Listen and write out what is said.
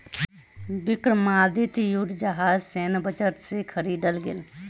विक्रमादित्य युद्ध जहाज सैन्य बजट से ख़रीदल गेल